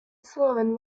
sullivan